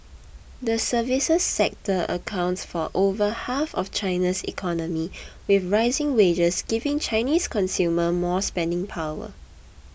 the services sector accounts for over half of China's economy with rising wages giving Chinese consumer more spending power